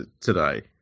today